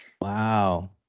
Wow